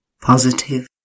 positive